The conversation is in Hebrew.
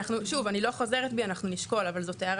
שוב, אני לא חוזרת בי, אנחנו נשקול, אבל זאת הערה